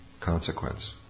consequence